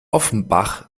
offenbach